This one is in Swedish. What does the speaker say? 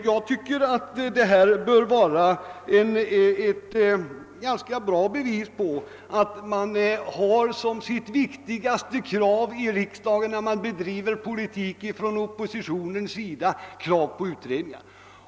Enligt min mening är detta ett ganska bra bevis på att det viktigaste kravet i oppositionens politik i riksdagen är kravet på utredningar.